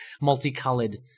Multicolored